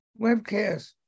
webcast